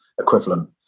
equivalent